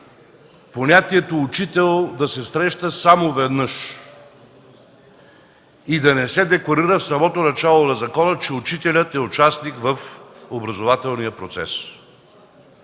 понятието „учител” да се среща само веднъж и да не се декларира в самото начало на закона, че учителят е участник в образователния процес.